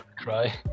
try